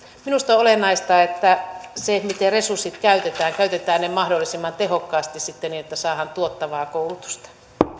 minusta on olennaista se miten resurssit käytetään käytetään ne mahdollisimman tehokkaasti sitten niin että saadaan tuottavaa koulutusta